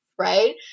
right